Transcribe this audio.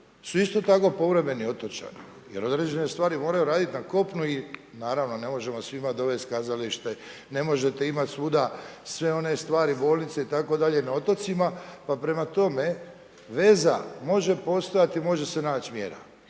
su isto tako povremeni otočani jer određene stvari moraju raditi na kopnu i naravno ne možemo dovesti kazalište, ne možete imati svuda sve one stvari, bolnice itd. na otocima pa prema tome, veza može postojati, može se naći mjera.